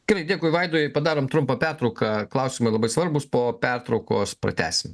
gerai dėkui vaidui padarom trumpą pertrauką klausimai labai svarbūs po pertraukos pratęsim